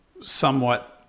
somewhat